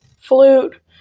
flute